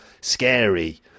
scary